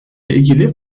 ilgili